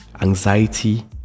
anxiety